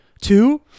Two